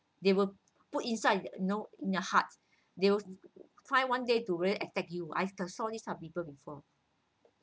they will put inside you know in the hearts they will try one day to really attack you I've seen this type of people before